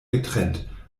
getrennt